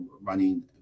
running